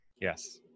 Yes